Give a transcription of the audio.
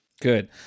good